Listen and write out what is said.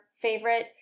favorite